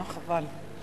חבל.